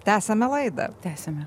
tęsiame laidą tęsiame